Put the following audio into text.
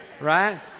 right